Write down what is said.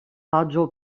raggio